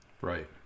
Right